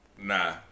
Nah